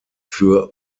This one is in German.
für